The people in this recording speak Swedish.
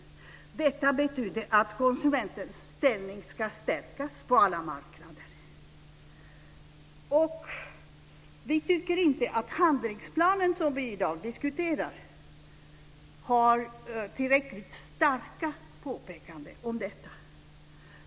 Detta betyder att konsumentens ställning ska stärkas på alla marknader. Vi tycker inte att handlingsplanen, som vi i dag diskuterar, har tillräckligt starka påpekanden om detta.